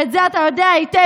ואת זה אתה יודע היטב,